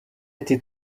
ati